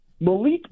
Malik